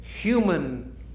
human